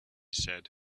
said